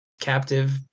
captive